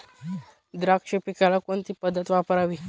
द्राक्ष पिकाला कोणती पद्धत वापरावी?